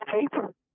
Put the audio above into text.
paper